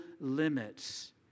limits